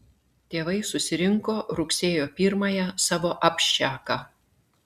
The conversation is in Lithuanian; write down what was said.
tėvai susirinko rugsėjo pirmąją savo abščiaką